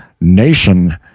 nation